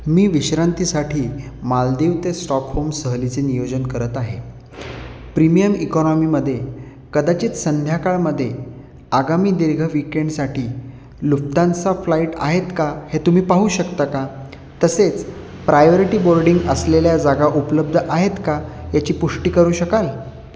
मी विश्रांतीसाठी मालदीव ते स्टॉकहोम सहलीचे नियोजन करत आहे प्रीमियम इकॉनॉमीमध्ये कदाचित संध्याकाळमध्ये आगामी दीर्घ वीकेंडसाठी लुप्तांसा फ्लाईट आहेत का हे तुम्ही पाहू शकता का तसेच प्रायोरिटी बोर्डिंग असलेल्या जागा उपलब्ध आहेत का याची पुष्टी करू शकाल